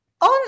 On